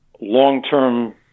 long-term